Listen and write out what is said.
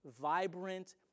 vibrant